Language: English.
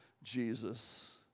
Jesus